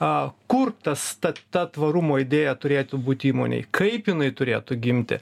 a kur tas tad tą tvarumo idėją turėtų būti įmonėj kaip jinai turėtų gimti